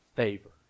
Favor